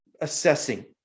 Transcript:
assessing